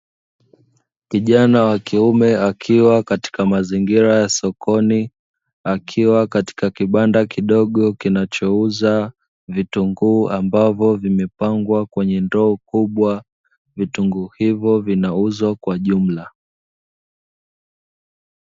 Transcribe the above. Kijana wa kiume akiwa katika mazingira ya sokoni, akiwa katika kibanda kidogo kinachouza vitunguu ambavyo vimepangwa kwenye ndoo kubwa, vitunguu hivyo vinauzwa kwa jumla.